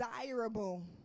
desirable